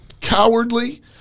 cowardly